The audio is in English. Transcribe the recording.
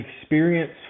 experience